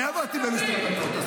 אני עבדתי במשרד הדתות.